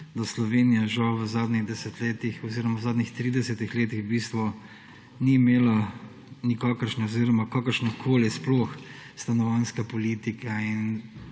da Slovenija žal v zadnjih desetletjih oziroma zadnjih 30 letih v bistvu ni imela nikakršno oziroma kakršnokoli sploh stanovanjsko politiko in